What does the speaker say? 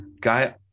Guy